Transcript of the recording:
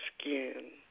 skin